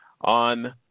on